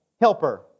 helper